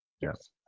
yes